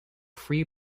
free